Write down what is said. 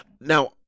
Now